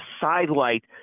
sidelight